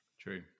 True